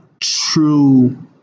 true